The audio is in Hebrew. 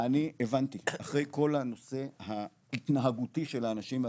אני הבנתי אחרי כל הנושא ההתנהגותי של האנשים מהתרבות,